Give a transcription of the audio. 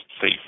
safe